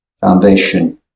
foundation